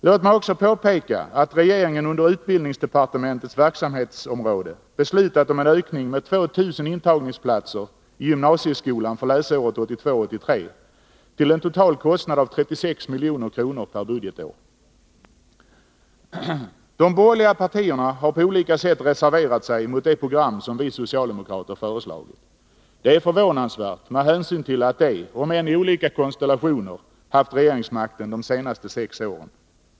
Låt mig också påpeka att regeringen under utbildningsdepartementets verksamhetsområde beslutat om en ökning med 2 000 intagningsplatser i gymnasieskolan för läsåret 1982/83 till en total kostnad av 36 milj.kr. per budgetår. De borgerliga partierna har på olika sätt reserverat sig mot det program som vi socialdemokrater föreslagit. Detta är förvånansvärt med hänsyn till att de, om än i olika konstellationer, haft regeringsmakten de senaste sex åren.